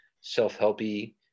self-helpy